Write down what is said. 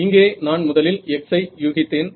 இங்கே நான் முதலில் x ஐ யூகித்தேன்